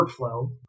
workflow